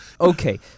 Okay